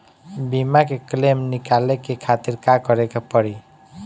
बीमा के क्लेम निकाले के खातिर का करे के पड़ी?